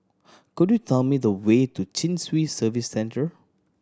could you tell me the way to Chin Swee Service Centre